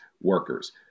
workers